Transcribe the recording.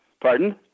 Pardon